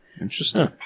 Interesting